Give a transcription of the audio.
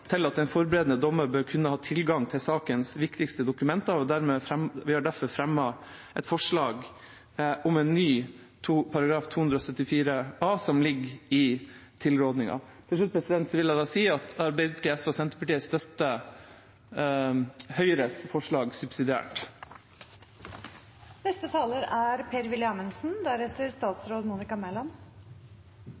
til at en forberedende dommer bør kunne ha tilgang til sakens viktigste dokumenter, og vi har derfor fremmet et forslag om en ny § 274 a, som ligger i tilrådingen. Til slutt vil jeg si at Arbeiderpartiet, SV og Senterpartiet støtter Høyres forslag subsidiært. Dette er